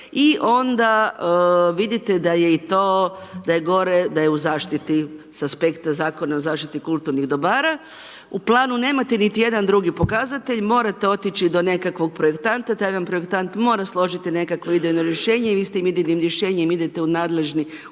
I onda vidite da je i to, da je gore, da je u zaštiti s aspekta Zakona o zaštiti kulturnih dobara. U planu nemate niti jedan drugi pokazatelj, morate otići do nekakvog projektanta, taj vam projektant mora složiti nekakvo idejno rješenje i vi s tim idejnim rješenjem idete u nadležnim ured